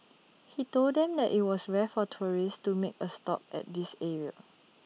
he told them that IT was rare for tourists to make A stop at this area